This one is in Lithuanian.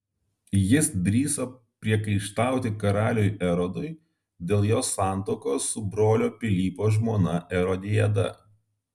jis drįso priekaištauti karaliui erodui dėl jo santuokos su brolio pilypo žmona erodiada